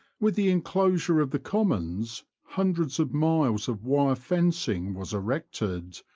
with the enclosure of the commons hundreds of miles of wire fencing was erected,